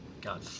God